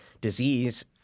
disease